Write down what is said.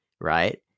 right